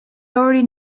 already